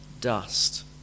dust